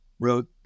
wrote